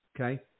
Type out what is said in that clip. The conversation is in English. Okay